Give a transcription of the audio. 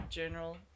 General